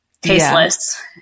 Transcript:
tasteless